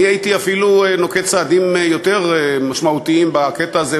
אני הייתי אפילו נוקט צעדים יותר משמעותיים בקטע הזה,